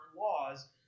laws